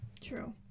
True